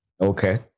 Okay